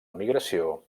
emigració